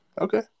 Okay